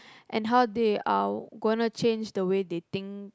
and how they are gonna change the way they think